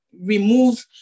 remove